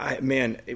Man